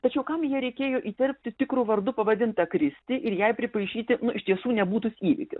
tačiau kam jai reikėjo įterpti tikru vardu pavadintą kristi ir jai pripaišyti iš tiesų nebūtus įvykiu